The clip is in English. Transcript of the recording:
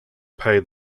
pay